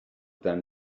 than